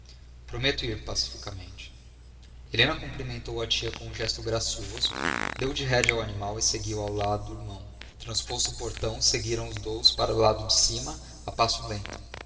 ir pacificamente helena cumprimentou a tia com um gesto gracioso deu de rédea ao animal e seguiu ao lado do irmão transposto o portão seguiram os dois para o lado de cima a passo lento